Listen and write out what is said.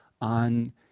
on